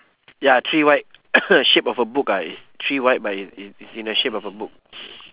ya three white shape of a book ah is three white but it's in it's in the shape of a book